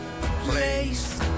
place